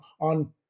on